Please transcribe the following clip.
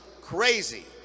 crazy